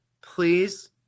please